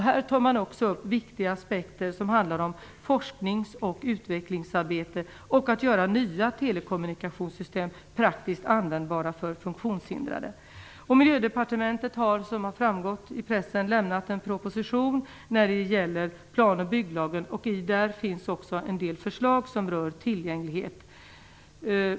Man tar upp viktiga aspekter som handlar om forsknings och utvecklingsarbete och att göra nya telekommunikationssystem praktiskt användbara för funktionshindrade. Miljödepartementet har, vilket har framgått i pressen, lämnat en proposition när det gäller plan och bygglagen. I den finns också en del förslag som rör tillgänglighet.